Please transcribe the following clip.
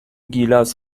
گیلاس